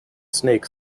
snake